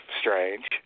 strange